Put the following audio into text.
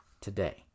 today